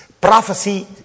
prophecy